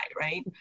right